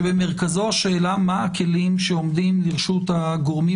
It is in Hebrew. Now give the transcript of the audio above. שבמרכזו השאלה מה הכלים שעומדים לרשות הגורמים